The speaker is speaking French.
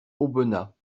aubenas